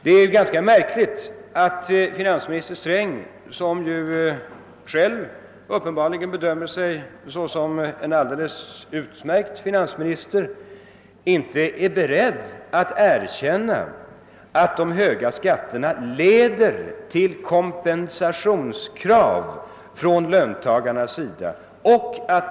Det är märkligt att finansminister Sträng, som uppenbarligen själv anser sig vara en alldeles utmärkt finansminister, inte är beredd att erkänna att de höga skatterna leder till kompensationskrav från löntagarnas sida.